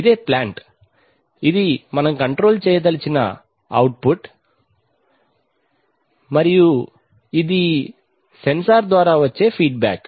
ఇదే ప్లాంట్ ఇది మనం కంట్రోల్ చేయదలచిన అవుట్పుట్ మరియు ఇది సెన్సార్ ద్వారా వచ్చే ఫీడ్ బాక్